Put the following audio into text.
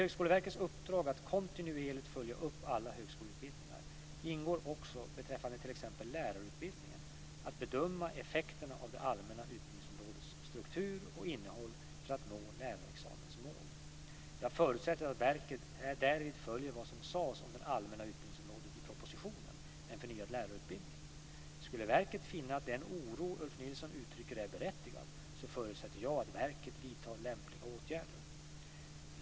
I Högskoleverkets uppdrag att kontinuerligt följa upp alla högskoleutbildningar ingår också beträffande t.ex. lärarutbildningen att bedöma effekterna av det allmänna utbildningsområdets struktur och innehåll för att nå lärarexamens mål. Jag förutsätter att verket härvid följer vad som sades om det allmänna utbildningsområdet i propositionen En förnyad lärarutbildning . Skulle verket finna att den oro Ulf Nilsson uttrycker är berättigad, förutsätter jag att verket vidtar lämpliga åtgärder.